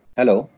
Hello